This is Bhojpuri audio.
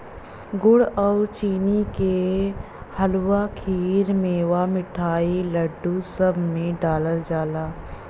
गुड़ आउर चीनी के हलुआ, खीर, मेवा, मिठाई, लड्डू, सब में डालल जाला